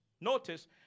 Notice